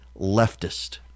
leftist